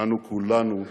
אנו כולנו חוסים.